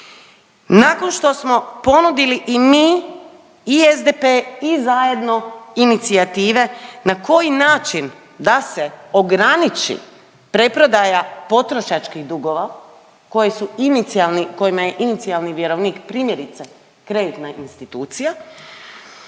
nakon što smo ponudili i mi i SDP i zajedno inicijative na koji način da se ograniči preprodaja potrošačkih dugova koji su inicijalni, kojima je inicijalni vjerovnik primjerice kreditna institucija,